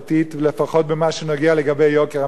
לפחות במה שנוגע ליוקר המחיה.